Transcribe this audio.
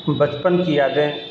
بچپن کی یادیں